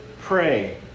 pray